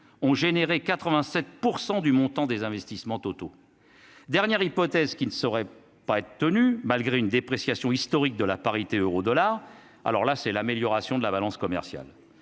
ont généré 87 % du montant des investissements totaux dernière hypothèse qui ne sauraient pas être tenu malgré une dépréciation historique de la parité euro-dollar, alors là, c'est l'amélioration de la balance commerciale,